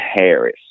Harris